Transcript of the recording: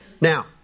Now